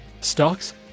Stocks